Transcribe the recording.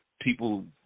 people